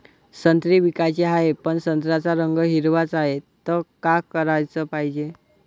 संत्रे विकाचे हाये, पन संत्र्याचा रंग हिरवाच हाये, त का कराच पायजे?